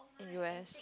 U S